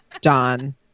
Don